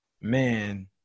man